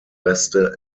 reste